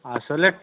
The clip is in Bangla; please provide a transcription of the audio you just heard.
আসলে